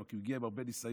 כי הוא הגיע עם הרבה ניסיון,